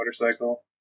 motorcycle